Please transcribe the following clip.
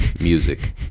music